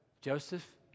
Joseph